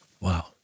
Wow